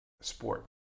sport